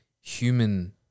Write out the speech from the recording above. human